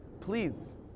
please